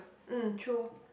hmm true